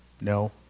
No